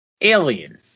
Alien